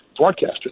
Broadcaster